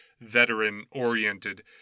veteran-oriented